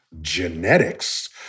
genetics